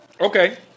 Okay